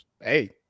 hey